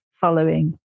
following